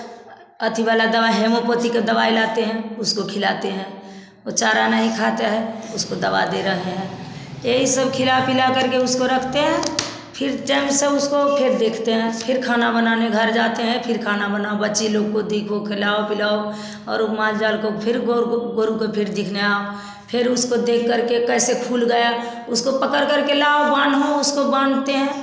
अथी वाला दवाई हैमोपथी के दवाई लाते हैं उसको खिलाते हैं वह चारा नहीं खाते है उसको दवा दे रहें हैं यही सब खिला पिला करके उसको रखते हैं फिर टैम से उसको फिर देखते हैं फिर खाना बनाने घर जाते हैं फिर खाना बनाओ बच्चे लोग को देखो खिलाओ पिलाओ और वह माल जाल को फिर गोरु को फिर दिखना फिर उसको देख करके कैसे खुल गया उसको पकड़ करके लाओ बाँधो उसको बाँधते हैं